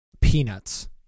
peanuts